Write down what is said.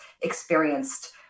experienced